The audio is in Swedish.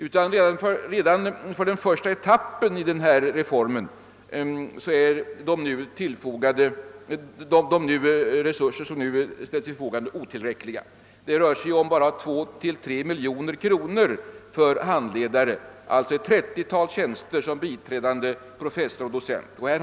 Redan då det gäller den första etappen av reformen är de resurser som ställs till förfogande otillräckliga. Det rör sig ju om 2 till 3 miljoner kronor för handledare, vilket alltså motsvarar ett trettiotal tjänster som biträdande professor och docent.